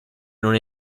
non